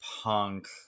punk